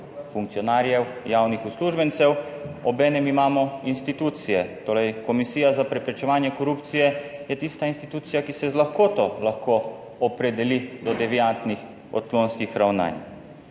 funkcionarjev javnih uslužbencev. Obenem imamo institucije, torej Komisija za preprečevanje korupcije je tista institucija, ki se z lahkoto lahko opredeli do deviantnih odklonskih ravnanj.